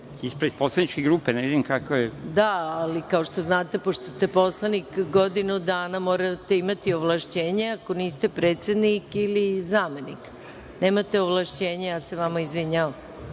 Ispred poslaničke grupe, ne vidim kakav je… **Maja Gojković** Da, ali, kao što znate, pošto ste poslanik godinu dana morate imati ovlašćenje ako niste predsednik ili zamenik. Nemate ovlašćenje, izvinjavam